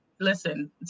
Listen